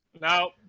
No